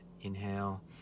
inhale